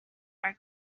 are